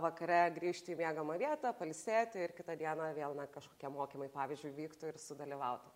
vakare grįžt į miegamą vietą pailsėt ir kitą dieną vėl na kažkokie mokymai pavyzdžiui vyktų ir sudalyvautų